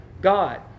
God